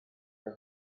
her